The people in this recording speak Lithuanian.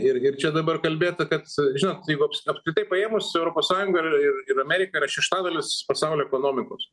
ir ir čia dabar kalbėta kad žinot jeigu aps apskritai paėmus europos sąjunga ir ir ir amerika yra šeštadalis pasaulio ekonomikos